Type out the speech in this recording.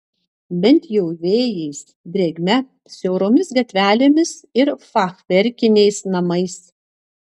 bent jau vėjais drėgme siauromis gatvelėmis ir fachverkiniais namais